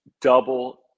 double –